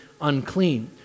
unclean